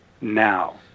now